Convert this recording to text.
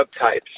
subtypes